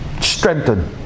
Strengthen